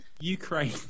Ukraine